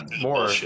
more